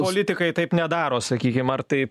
politikai taip nedaro sakykim ar tai